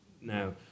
now